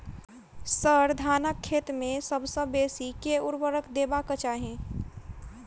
sir, धानक खेत मे सबसँ बेसी केँ ऊर्वरक देबाक चाहि